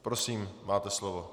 Prosím, máte slovo.